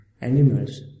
animals